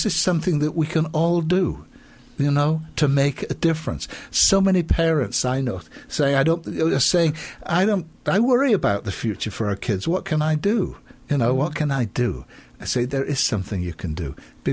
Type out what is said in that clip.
is something that we can all do you know to make a difference so many parents i know say i don't say i don't but i worry about the future for our kids what can i do you know what can i do i say there is something you can do